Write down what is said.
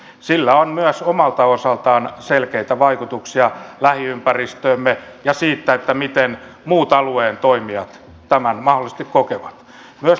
sillä on myös omalta osaltaan selkeitä vaikutuksia lähiympäristöömme ja siihen miten muut alueen toimijat tämän mahdollisesti kokevat